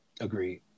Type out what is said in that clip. Agreed